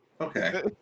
Okay